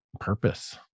purpose